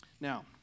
Now